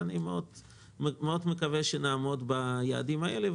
אני מקווה מאוד שנעמוד ביעדים האלה.